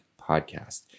podcast